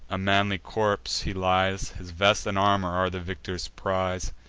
a manly corpse he lies his vest and armor are the victor's prize.